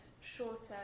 shorter